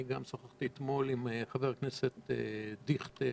אני שוחחתי אתמול עם חבר הכנסת דיכטר,